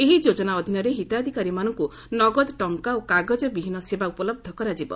ଏହି ଯୋଜନା ଅଧୀନରେ ହିତାଧିକାରୀମାନଙ୍କୁ ନଗଦ ଟଙ୍କା ଓ କାଗଜ ବିହୀନ ସେବା ଉପଲହ୍ଧ କରାଯିବ